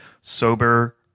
sober